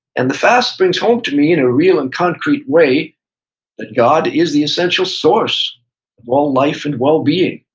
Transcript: and the fast brings home to me in a real and concrete way that god is the essential source of all life and well-being.